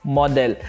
model